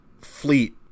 fleet